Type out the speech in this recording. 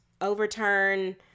overturn